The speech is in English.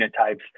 genotypes